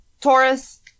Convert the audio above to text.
Taurus